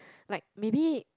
like maybe